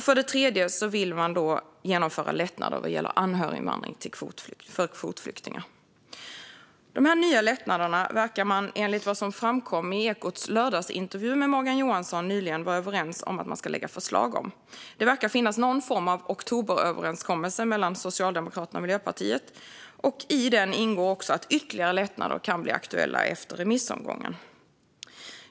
För det tredje vill man genomföra lättnader vad gäller anhöriginvandring för kvotflyktingar. Dessa nya lättnader verkar man, enligt vad som framkom i Ekots lördagsintervju med Morgan Johansson nyligen, vara överens om att man ska lägga fram förslag om. Det verkar finnas någon form av oktoberöverenskommelse mellan Socialdemokraterna och Miljöpartiet, och i den ingår också att ytterligare lättnader kan bli aktuella efter remissomgången.